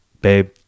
babe